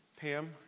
Pam